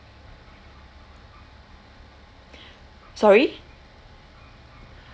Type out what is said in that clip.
sorry